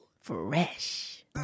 Fresh